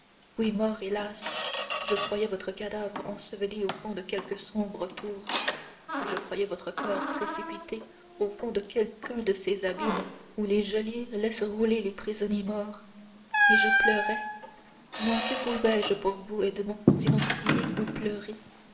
oui mort hélas je croyais votre cadavre enseveli au fond de quelque sombre tour je croyais votre corps précipité au fond de quelqu'un de ces abîmes où les geôliers laissent rouler les prisonniers morts et je pleurais moi que pouvais-je pour vous edmond sinon prier ou pleurer